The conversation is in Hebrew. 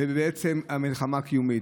ובעצם מלחמה קיומית.